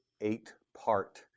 eight-part